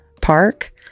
Park